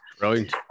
Right